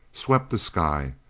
swept the sky,